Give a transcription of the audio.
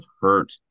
hurt